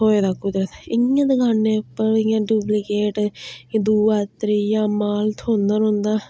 थ्होए दा कुतै इ'यां दकानै उप्पर इ'यां डुप्लीकेट दूआ त्रीआ माल थ्होंदा रौंहदा